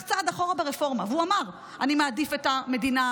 צעד אחורה ברפורמה והוא אמר: אני מעדיף את המדינה,